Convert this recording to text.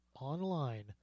online